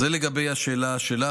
זה לגבי השאלה שלך.